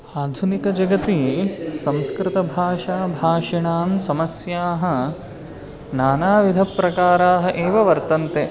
आधुनिकजगति संस्कृतभाषा भाषिणां समस्याः नानाविधप्रकाराः एव वर्तन्ते